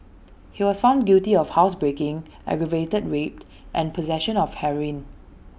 he was found guilty of housebreaking aggravated raped and possession of heroin